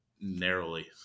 narrowly